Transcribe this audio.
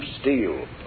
steel